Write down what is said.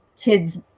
kids